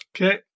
Okay